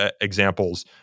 examples